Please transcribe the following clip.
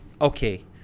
okay